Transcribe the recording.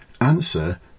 answer